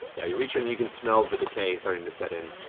yeah you reach in and you can smell the decay starting to set in.